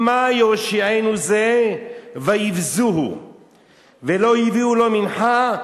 "מה יֹשיענו זה ויבזֻהו ולא הביאו לו מנחה".